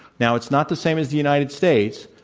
now it's not the same as the united states.